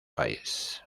país